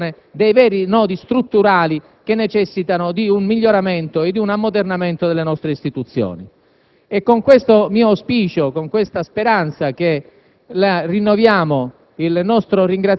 e in grado di trovare la soluzione ai veri nodi strutturali che necessitano di un miglioramento e di un ammodernamento delle nostre istituzioni. Con questo mio auspicio le rinnoviamo